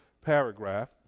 paragraph